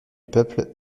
peuple